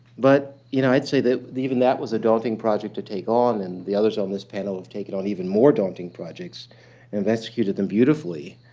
but you know i'd say that even that was a daunting project to take on. and the others on this panel have taken on even more daunting projects and executed them beautifully.